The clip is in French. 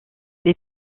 les